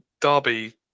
derby